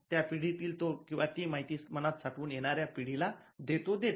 त्या पिढीतील तो किंवा ती माहिती मनात साठवून येणाऱ्या पिढीला देतो देते